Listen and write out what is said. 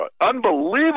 Unbelievable